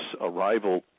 arrival